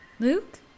Luke